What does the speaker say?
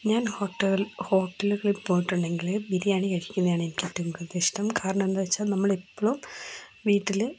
ഞാൻ ഹോട്ടലുകളിൽ പോയിട്ടുണ്ടെങ്കിൽ ബിരിയാണി കഴിക്കുന്നതാണ് എനിക്ക് ഏറ്റവും കൂടുതൽ ഇഷ്ടം കാരണം എന്താണെന്നു വച്ചാൽ നമ്മൾ എപ്പോഴും വീട്ടിൽ